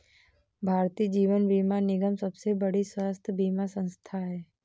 भारतीय जीवन बीमा निगम सबसे बड़ी स्वास्थ्य बीमा संथा है